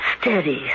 Steady